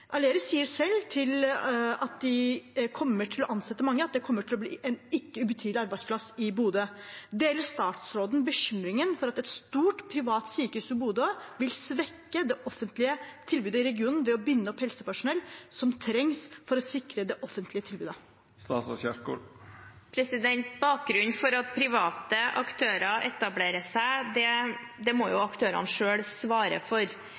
sier selv at de kommer til å ansette mange, og at det kommer til å bli en ikke-ubetydelig arbeidsplass i Bodø. Deler statsråden bekymringen for at et stort privat sykehus i Bodø vil svekke det offentlige tilbudet i regionen ved å binde opp helsepersonell som trengs for å sikre det offentlige tilbudet? Bakgrunnen for at private aktører etablerer seg, må jo aktørene selv svare for.